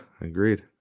agreed